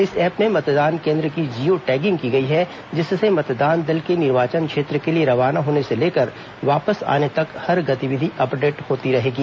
इस ऐप में मतदान केंद्र की जिओ टैगिंग की गई है जिससे मतदान दल के निर्वाचन क्षेत्र के लिए रवाना होने से लेकर वापस आने तक हर गतिविधि अपडेट होती रहेगी